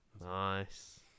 Nice